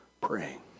praying